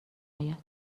اید